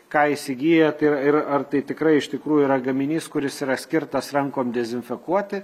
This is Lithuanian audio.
ką įsigijot ir ir ar tai tikrai iš tikrųjų yra gaminys kuris yra skirtas rankom dezinfekuoti